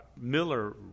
Miller